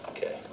Okay